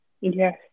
Yes